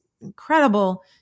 incredible